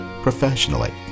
professionally